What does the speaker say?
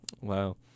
Wow